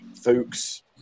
Fuchs